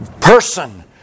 person